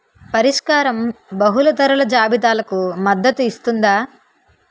పరిష్కారం బహుళ ధరల జాబితాలకు మద్దతు ఇస్తుందా?